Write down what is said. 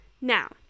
Now